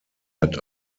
hat